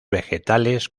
vegetales